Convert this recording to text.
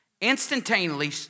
instantaneously